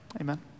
Amen